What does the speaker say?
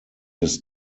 his